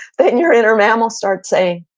then your inner mammal starts saying,